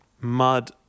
mud